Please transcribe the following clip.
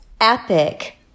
epic